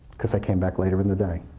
because i came back later in the day.